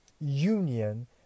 union